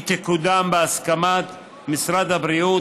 היא תקודם בהסכמת משרד הבריאות,